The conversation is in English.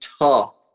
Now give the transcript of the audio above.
tough